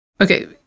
Okay